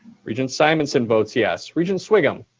regent simonson votes yes. regent sviggum?